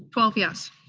twelve yes.